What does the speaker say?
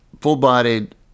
full-bodied